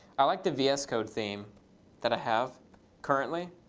i like the vs code theme that i have currently.